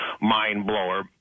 mind-blower